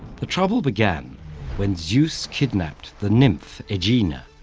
the trouble began when zeus kidnapped the nymph aegina,